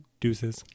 deuces